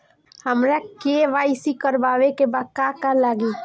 हमरा के.वाइ.सी करबाबे के बा का का लागि?